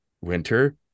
winter